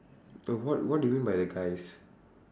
no what what do you mean by the guys